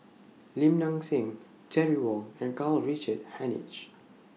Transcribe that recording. Lim Nang Seng Terry Wong and Karl Richard Hanitsch